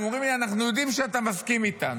כי הן אומרות לי: אנחנו יודעות שאתה מסכים איתנו.